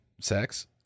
sex